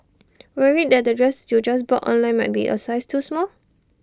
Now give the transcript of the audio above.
worried that the dress you just bought online might be A size too small